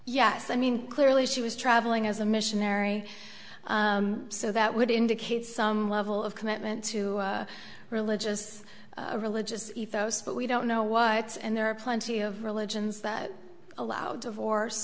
yes i mean clearly she was traveling as a missionary so that would indicate some level of commitment to religious or religious but we don't know what and there are plenty of religions that allow divorce